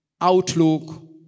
outlook